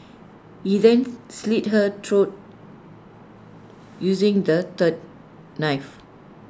he then slit her throat using the third knife